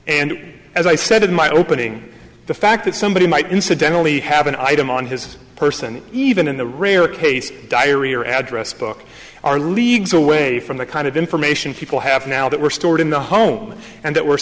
and as i said in my opening the fact that so but he might incidentally have an item on his person even in a rare case diary or address book are leagues away from the kind of information people have now that were stored in the home and that were